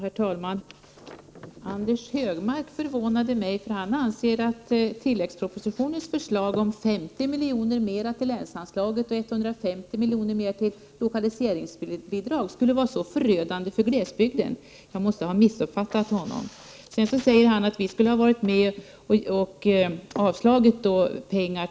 Herr talman! Anders G Högmark förvånade mig när han sade att tilläggspropositionens förslag om 50 milj.kr. mer till länsanslaget och 150 milj.kr. mer i lokaliseringsbidrag skulle vara förödande för glesbygden. Jag måste ha missuppfattat honom. Han säger vidare att vi skulle ha avstyrkt medel till vägförbättringar.